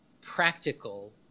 practical